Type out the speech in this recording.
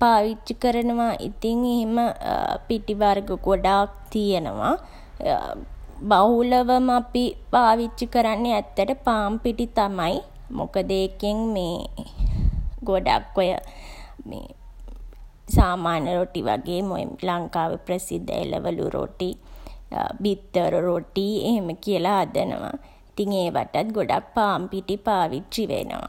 පාවිච්චි කරනවා. ඉතින් එහෙම පිටි වර්ග ගොඩාක් තියනවා. බහුලවම අපි පාවිච්චි කරන්නේ ඇත්තට පාන් පිටි තමයි. මොකද ඒකෙන් මේ ගොඩක් ඔය සාමාන්‍ය රොටි වගේම ඔය ලංකාවේ ප්‍රසිද්ධ එළවලු රොටි, බිත්තර රොටි එහෙම කියලා හදනවා. ඉතින් ඒවටත් ගොඩක් පාන් පිටි පාවිච්චි වෙනවා.